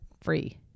free